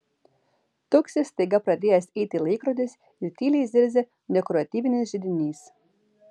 tuksi staiga pradėjęs eiti laikrodis ir tyliai zirzia dekoratyvinis židinys